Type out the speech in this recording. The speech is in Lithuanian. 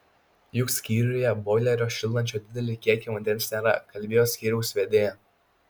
juk skyriuje boilerio šildančio didelį kiekį vandens nėra kalbėjo skyriaus vedėja